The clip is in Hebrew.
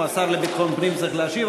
או השר לביטחון הפנים צריך להשיב,